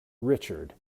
richard